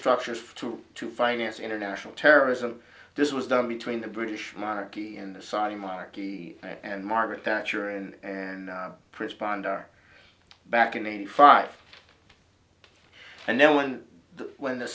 structures to to finance international terrorism this was done between the british monarchy and the saudi monarchy and margaret thatcher and prince bandar back in eighty five and no one when the